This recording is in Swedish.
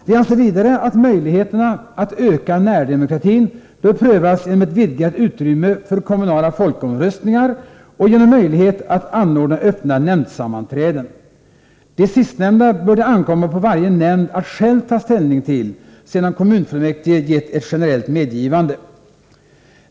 Vi anser vidare att möjligheterna att öka närdemokratin bör prövas genom ett vidgat utrymme för kommunala folkomröstningar och genom möjlighet att anordna öppna nämndsammanträden. Det sistnämnda bör det ankomma på varje nämnd att själv ta ställning till, sedan kommunfullmäktige gett ett generellt medgivande.